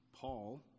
Paul